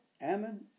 Ammon